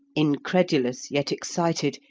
incredulous, yet excited,